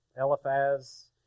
Eliphaz